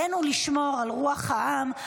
עלינו לשמור על רוח העם,